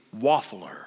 waffler